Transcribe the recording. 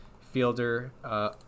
fielder